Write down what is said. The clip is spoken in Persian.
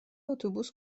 اتوبوس